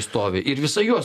stovi ir visa juos